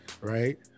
right